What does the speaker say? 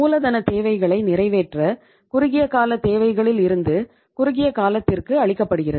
மூலதன தேவைகளை நிறைவேற்ற குறுகியகால தேவைகளில் இருந்து குறுகிய காலத்திற்கு அளிக்கப்படுகிறது